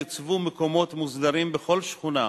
יוצבו מקומות מוסדרים בכל שכונה,